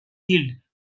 field